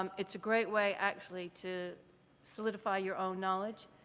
um it's a great way actually to solidify your own knowledge.